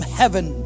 heaven